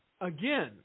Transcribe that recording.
Again